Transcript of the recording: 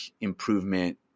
improvement